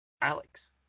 Alex